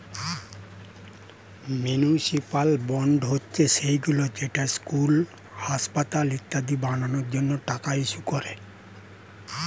municipal bond হচ্ছে সেইগুলো যেটা স্কুল, হাসপাতাল ইত্যাদি বানানোর জন্য টাকা ইস্যু করে